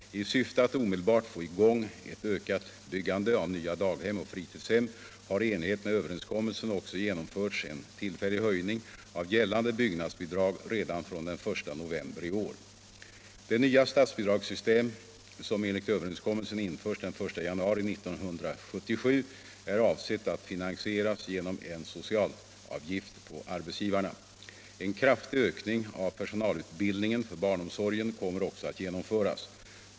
I syfte att omedelbart få i gång ett ökat byggande av nya daghem och fritidshem har i enlighet med överenskommelsen också genomförts en tillfällig höjning av gällande byggnadsbidrag redan från den 1 november i år. Det nya statsbidragssystem som enligt överenskommelsen införs den 1 januari 1977 är avsett att finansieras genom en socialavgift på arbetsgivarna. En kraftig ökning av personalutbildningen för barnomsorgen kommer också att genomföras.